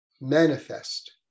manifest